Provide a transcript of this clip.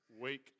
week